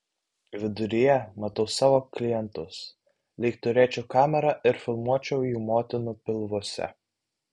viduryje matau savo klientus lyg turėčiau kamerą ir filmuočiau jų motinų pilvuose